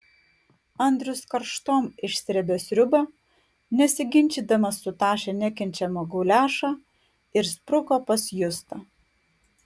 andrius karštom išsrėbė sriubą nesiginčydamas sutašė nekenčiamą guliašą ir spruko pas justą